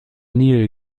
nil